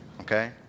Okay